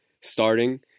starting